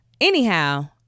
Anyhow